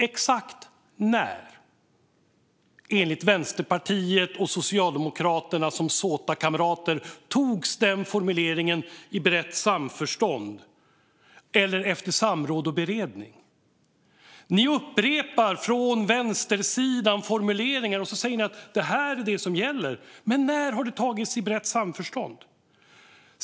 Exakt när, enligt Vänsterpartiet och Socialdemokraterna som såta kamrater, togs den formuleringen i brett samförstånd eller efter samråd och beredning? Ni upprepar från vänstersidan formuleringar och säger att det är detta som gäller. Men när har detta tagits i brett samförstånd?